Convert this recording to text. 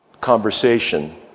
conversation